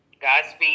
Godspeed